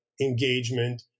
engagement